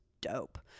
dope